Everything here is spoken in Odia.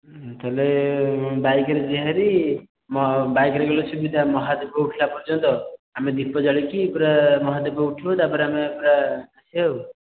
ତା'ହେଲେ ବାଇକ୍ରେ ଯିବା ହେରି ମୋ ବାଇକ୍ରେ ଗଲେ ସୁବିଧା ମହାଦୀପ ଉଠିଲା ପର୍ଯ୍ୟନ୍ତ ଆମେ ଦୀପ ଜାଳିକି ପୁରା ମହାଦୀପ ଉଠିବ ତା'ପରେ ଆମେ ପୁରା ଆସିବା ଆଉ